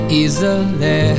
easily